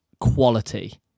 quality